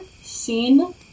seen